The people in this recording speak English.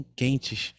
quentes